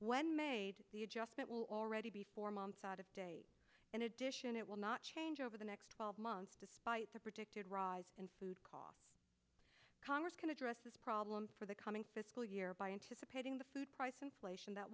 when made the adjustment will already be four months out of date in addition it will not change over the next twelve months despite the predicted rise in food costs congress can address this problem for the coming fiscal year by anticipating the food price inflation that